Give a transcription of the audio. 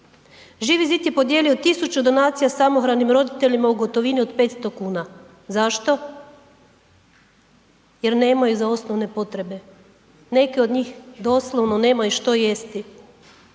Živi zid je podijelio 1000 donacija samohranim roditeljima u gotovini od 500,00 kn. Zašto? Jel nemaju za osnovne potrebe, neke od njih doslovno nemaju što jesti,